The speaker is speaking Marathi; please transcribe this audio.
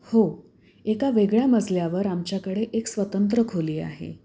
हो एका वेगळ्या मजल्यावर आमच्याकडे एक स्वतंत्र खोली आहे